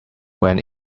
when